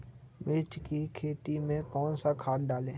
मिर्च की खेती में कौन सा खाद डालें?